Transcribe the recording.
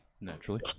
Naturally